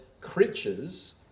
creatures